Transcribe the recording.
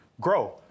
grow